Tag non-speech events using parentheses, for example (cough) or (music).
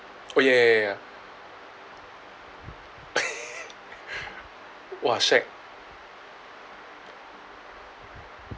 oh ya ya ya ya (laughs) !wah! shag